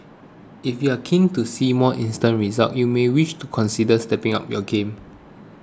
if you're keen to see more instant results you may wish to consider stepping up your game